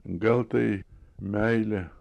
gal tai meilė